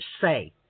say